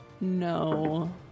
no